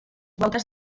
voltes